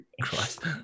christ